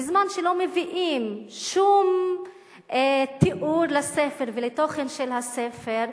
בזמן שלא מביאים שום תיאור של הספר והתוכן של הספר,